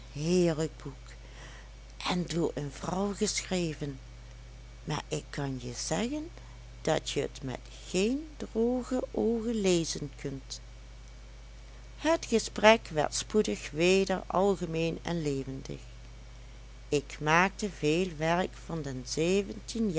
heerlijk boek en door een vrouw geschreven maar ik kan je zeggen dat je t met geen droge oogen lezen kunt het gesprek werd spoedig weder algemeen en levendig ik maakte veel werk van de